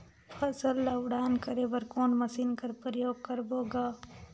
फसल ल उड़ान करे बर कोन मशीन कर प्रयोग करबो ग?